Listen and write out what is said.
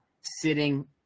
sitting